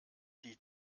die